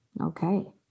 okay